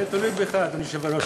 זה תלוי בך, אדוני היושב-ראש.